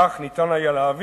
כך ניתן היה להבין,